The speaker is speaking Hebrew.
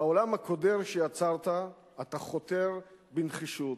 בעולם הקודר שיצרת אתה חותר בנחישות,